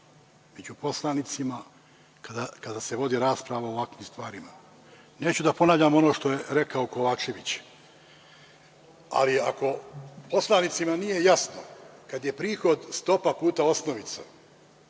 među poslanicima kada se vodi rasprava o ovakvim stvarima. Neću da ponavljam ono što je rekao Kovačević, ali ako poslanicima nije jasno, kada je prihod stopa puta osnovica,